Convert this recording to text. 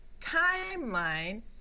timeline